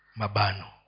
mabano